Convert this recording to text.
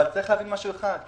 אבל יש להבין חנ"י